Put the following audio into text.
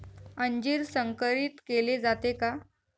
अंजीर संकरित केले जाते का?